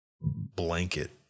blanket